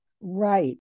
Right